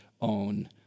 own